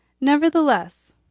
Nevertheless